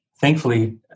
thankfully